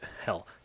hell